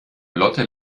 lotte